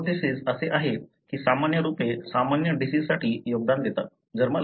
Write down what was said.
hypothesis असे आहे की सामान्य रूपे सामान्य डिसिजसाठी योगदान देतात